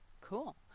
Cool